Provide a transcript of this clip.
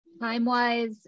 time-wise